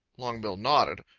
longbill nodded.